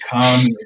come